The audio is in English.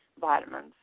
vitamins